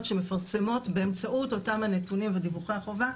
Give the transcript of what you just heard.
שמפרסמות באמצעות אותם נתונים ודיווחי החובה,